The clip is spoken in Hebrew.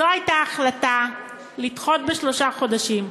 זו הייתה ההחלטה, לדחות בשלושה חודשים.